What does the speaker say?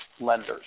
Lenders